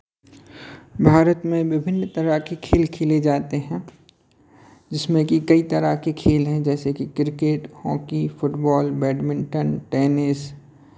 भारत में विभिन्न प्रकार के खेल खेले जाते हैं जिसमें की कई तरह के खेल हैं जैसे कि cricket hockey football badminton tennis